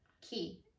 Key